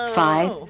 five